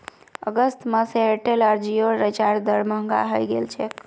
अगस्त माह स एयरटेल आर जिओर रिचार्ज दर महंगा हइ गेल छेक